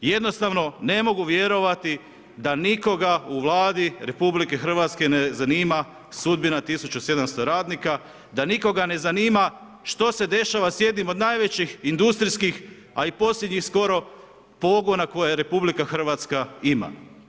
Jednostavno ne mogu vjerovati da nikoga u Vladi RH ne zanima sudbina 1700 radnika, da nikoga ne zanima što se dešava s jednim od najvećih industrijskih, a i posljednjih skoro pogona koje RH ima.